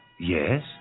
Yes